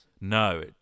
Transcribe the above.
No